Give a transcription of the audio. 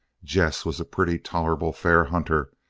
jess was a pretty tolerable fair hunter,